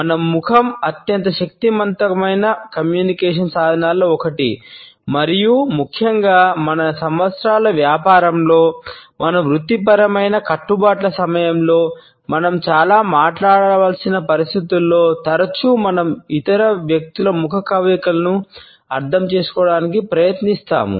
మన ముఖం అత్యంత శక్తివంతమైన కమ్యూనికేషన్ సాధనాల్లో ఒకటి మరియు ముఖ్యంగా మన సంవత్సరాల వ్యాపారంలో మన వృత్తిపరమైన కట్టుబాట్ల సమయంలో మనం చాలా మాట్లాడవలసిన పరిస్థితులలో తరచుగా మనం ఇతర వ్యక్తుల ముఖ కవళికలను అర్థం చేసుకోవడానికి ప్రయత్నిస్తాము